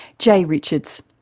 jay richards.